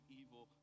evil